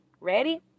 Ready